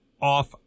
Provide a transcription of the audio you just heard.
off